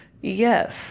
Yes